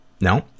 no